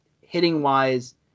hitting-wise